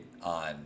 on